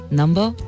number